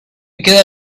queda